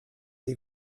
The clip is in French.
des